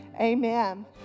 Amen